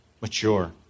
Mature